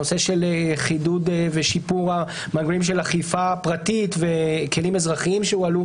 הנושא של חידוד ושיפור מנגנוני אכיפה פרטית וכלים אזרחיים שהועלו,